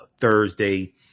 Thursday